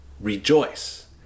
Rejoice